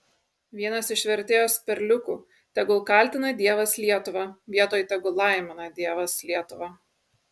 vienas iš vertėjos perliukų tegul kaltina dievas lietuvą vietoj tegul laimina dievas lietuvą